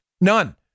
None